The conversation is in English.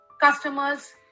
customers